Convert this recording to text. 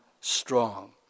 strong